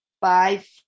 five